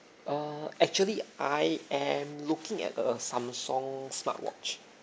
err actually I am looking at a Samsung smartwatch